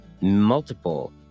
multiple